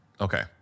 Okay